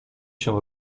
się